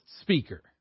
speaker